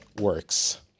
works